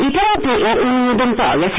ইতিমধ্যেই এর অনুমোদন পাওয়া গেছে